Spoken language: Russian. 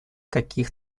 каких